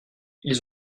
ils